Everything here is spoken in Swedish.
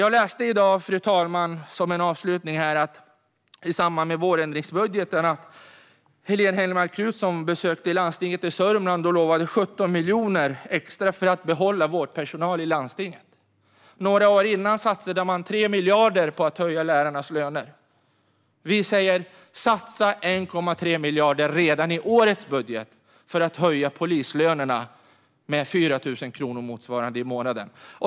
Avslutningsvis, fru talman, kan jag säga att jag i samband med vårändringsbudgeten i dag läste att Helene Hellmark Knutsson besökte Landstinget Sörmland och lovade 17 miljoner extra för att behålla vårdpersonal i landstinget. Några år tidigare satsade man 3 miljarder på att höja lärarnas löner. Vi säger: Satsa 1,3 miljarder redan i årets budget för att höja polislönerna med motsvarande 4 000 kronor i månaden!